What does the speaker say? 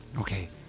Okay